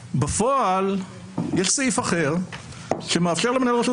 בפועל יש סעיף אחר שמאפשר למנהל רשות